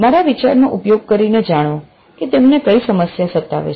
મારા વિચાર નો ઉપયોગ કરી ને જાણો કે તેમને કઈ સમસ્યા સતાવે છે